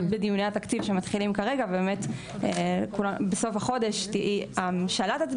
בדיוני התקציב שמתחילים כרגע בסוף החודש הממשלה תצביע